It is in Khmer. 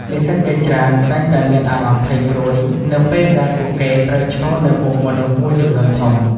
និស្សិតជាច្រើនតែងតែមានអារម្មណ៍ភ័យព្រួយនៅពេលដែលពួកគេត្រូវឈរនៅមុខមនុស្សមួយចំនួនធំ។